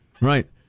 Right